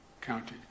county